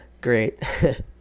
great